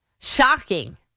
Shocking